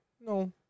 no